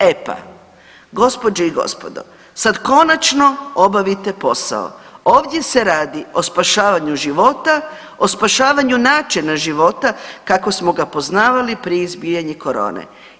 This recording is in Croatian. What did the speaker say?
E pa, gospođe i gospodo, sad konačno obavite posao, ovdje se radi o spašavanju života, o spašavanju načina života kako smo ga poznavali prije izbijanja korone.